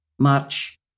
march